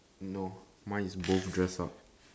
no mine is both dress up